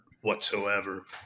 whatsoever